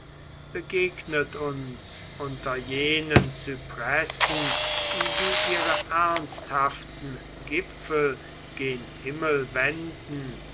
begegnet uns unter jenen zypressen die ihre ernsthaften gipfel gen himmel wenden